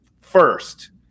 first